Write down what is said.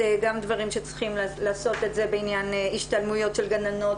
אלה גם דברים שצריכים לעשות את זה בעניין השתלמויות של גננות,